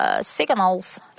signals